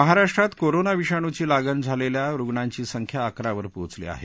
महाराष्ट्रात कोरोना विषाणूची लागण झालेल्या रुग्णांची संख्या अकरा वर पोचली आहे